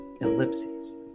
Ellipses